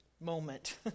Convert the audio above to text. moment